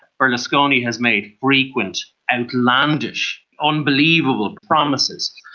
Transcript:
berlusconi has made frequent outlandish, unbelievable promises,